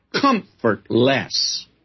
comfortless